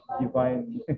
divine